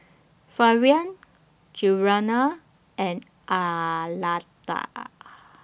Florian Giana and Arletta